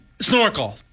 snorkel